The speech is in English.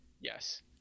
yes